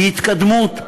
היא התקדמות,